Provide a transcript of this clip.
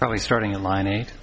probably starting in line eight